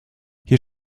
hier